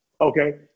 Okay